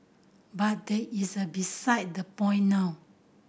but that is a beside the point now